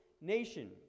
nation